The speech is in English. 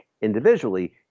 individually